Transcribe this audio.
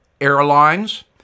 airlines